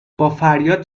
بافریاد